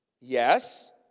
Yes